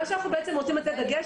מה שאנחנו בעצם רוצים לתת דגש,